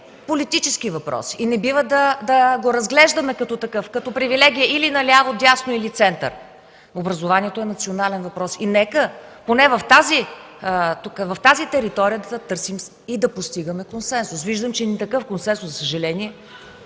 политически въпрос и не бива да го разглеждаме като такъв – като привилегия на ляво, дясно или център. Образованието е национален въпрос и нека поне в тази територия да търсим и да постигаме консенсус. Виждам, че такъв консенсус за съжаление